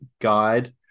guide